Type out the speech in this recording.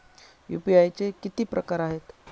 UPI चे किती प्रकार आहेत?